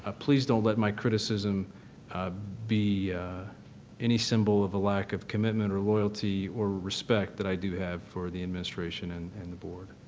ah please don't let my criticism be any symbol of a lack of commitment or loyalty or respect that i do have for the administration and and the board.